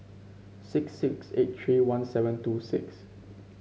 six six eight three one seven two six